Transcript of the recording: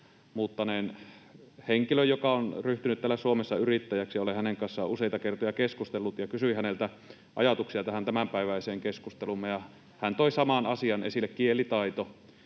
muuttaneen henkilön, joka on ryhtynyt täällä Suomessa yrittäjäksi. Olen hänen kanssaan useita kertoja keskustellut. Kysyin häneltä ajatuksia tähän tämänpäiväiseen keskusteluumme, ja hän toi saman asian esille: kielitaito.